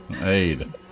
aid